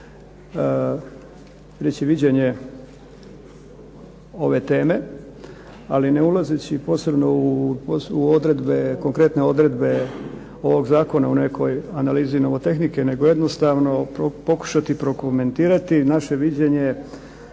reći viđenje ove teme, ali ne ulazeći posebno u konkretne odredbe ovog Zakona u nekoj analizi nomotehnike nego jednostavno pokušati prokomentirati viđenje